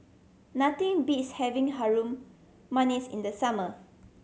nothing beats having Harum Manis in the summer